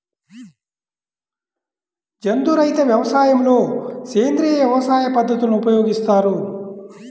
జంతు రహిత వ్యవసాయంలో సేంద్రీయ వ్యవసాయ పద్ధతులను ఉపయోగిస్తారు